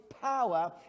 power